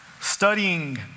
Studying